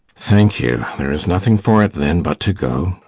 thank you. there is nothing for it, then, but to go.